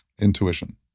intuition